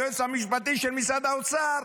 היועץ המשפטי של משרד האוצר,